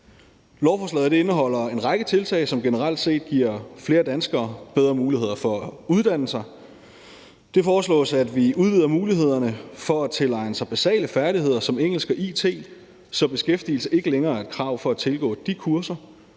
Lovforslaget indeholder en række tiltag, som generelt set giver flere danskere bedre muligheder for at uddanne sig. Det foreslås, at vi udvider mulighederne for at tilegne sig basale færdigheder som engelsk og it, så beskæftigelse ikke længere er et krav for at tilgå de kurser.